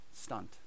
stunt